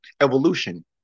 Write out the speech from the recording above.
Evolution